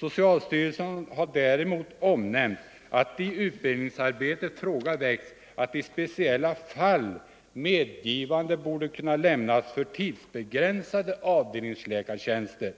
Socialstyrelsen har däremot omnämnt att i utbildningsarbetet fråga väckts att i speciella fall medgivande borde kunna lämnas för tidsbegränsade avdelningsläkartjänster.